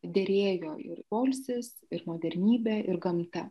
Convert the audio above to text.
derėjo ir poilsis ir modernybė ir gamta